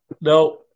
No